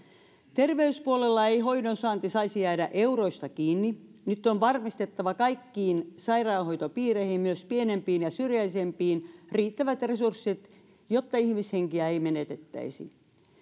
terveyspuolella ei hoidon saanti saisi jäädä euroista kiinni nyt on varmistettava kaikkiin sairaanhoitopiireihin myös pienempiin ja syrjäisempiin riittävät resurssit jotta ihmishenkiä ei menetettäisi